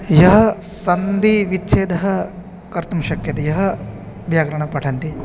यः सन्धिविच्छेदं कर्तुं शक्यते यः व्याकरणं पठन्ति